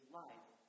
life